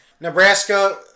Nebraska